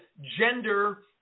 gender